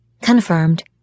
Confirmed